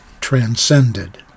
transcended